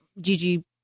Gigi